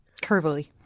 curvily